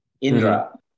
Indra